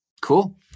Cool